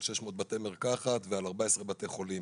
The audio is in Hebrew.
על 600 בתי מרקחת ועל 14 בתי חולים.